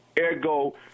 ergo